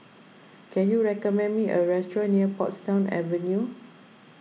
can you recommend me a restaurant near Portsdown Avenue